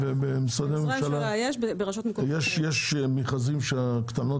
במשרדי הממשלה יש לנו, אבל ברשויות מקומיות